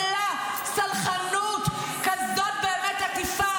תצאי, בבקשה.